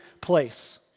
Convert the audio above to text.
place